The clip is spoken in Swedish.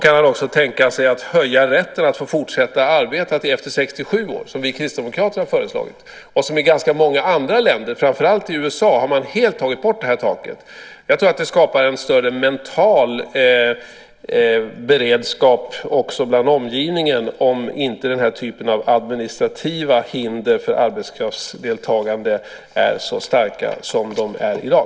Kan man också tänka sig att förlänga rätten att få fortsätta arbeta till efter 67 år, som vi kristdemokrater har föreslagit? I ganska många andra länder, framför allt i USA, har man helt tagit bort det här taket. Jag tror att det skapar en större mental beredskap hos omgivningen om inte den här typen av administrativa hinder för arbetskraftsdeltagande är så starka som de är i dag.